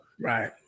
Right